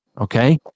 Okay